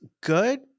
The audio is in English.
good